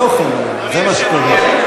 תוכן, זה מה שקובע.